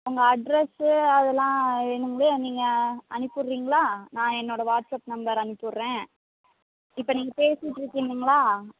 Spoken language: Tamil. உங்க அட்ரஸ்ஸு அதெலாம் வேணுங்களே நீங்கள் அனுப்பி விட்றிங்களா நான் என்னோடய வாட்ஸ்அப் நம்பர் அனுப்பி விட்றேன் இப்போ நீங்கள் பேசிட்டிருக்கிங்ணுங்களா